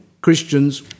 Christians